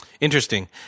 Interesting